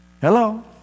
Hello